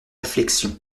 réflexions